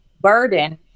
burden